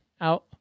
Out